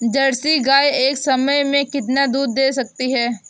Jersey गाय एक समय में कितना दूध दे सकती है?